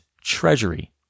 treasury